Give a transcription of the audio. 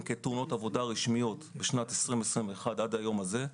כתאונות עבודה רשמיות בשנת 2021 עד היום הזה,